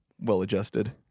well-adjusted